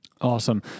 Awesome